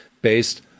based